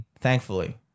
thankfully